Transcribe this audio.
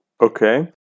Okay